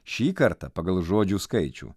šį kartą pagal žodžių skaičių